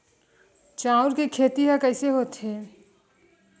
चांउर के खेती ह कइसे होथे?